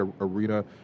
arena